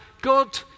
God